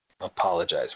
Apologize